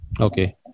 Okay